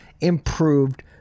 improved